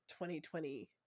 2020